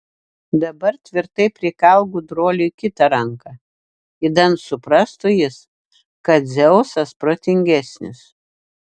dabar tvirtai prikalk gudruoliui kitą ranką idant suprastų jis kad dzeusas protingesnis